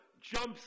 jumps